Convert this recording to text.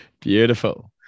Beautiful